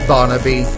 Barnaby